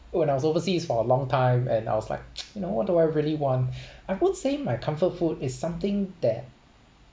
when I was overseas for a long time and I was like you know what do I really want I won't say my comfort food is something that